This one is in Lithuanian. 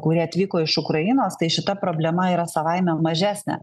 kurie atvyko iš ukrainos tai šita problema yra savaime mažesnė